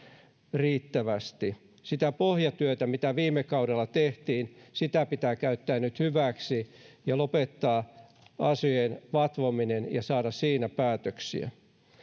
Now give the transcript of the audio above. riittävästi sitä pohjatyötä mitä viime kaudella tehtiin pitää käyttää nyt hyväksi ja lopettaa asioiden vatvominen ja saada siinä päätöksiä